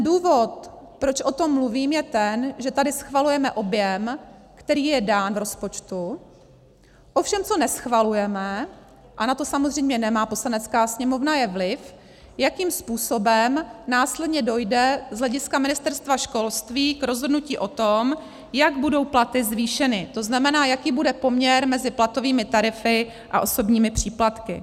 Důvod, proč o tom mluvím, je ten, že tady schvalujeme objem, který je dán rozpočtu, ovšem co neschvalujeme, a na to samozřejmě nemá Poslanecká sněmovna vliv, jakým způsobem následně dojde z hlediska Ministerstva školství k rozhodnutí o tom, jak budou platy zvýšeny, to znamená, jaký bude poměr mezi platovými tarify a osobními příplatky.